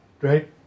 right